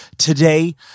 Today